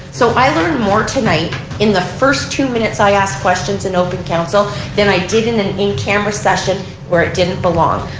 so i learned more tonight in the first two minutes i asked questions in open council than i did in an in-camera session where it didn't belong.